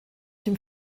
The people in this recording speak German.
dem